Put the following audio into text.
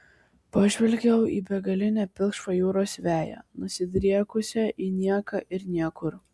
pažvelgiau į begalinę pilkšvą jūros veją nusidriekusią į nieką ir niekur